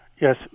Yes